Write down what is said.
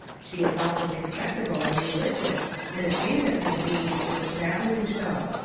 she is awful respectable and religious and ashamed of him being into a travelling show.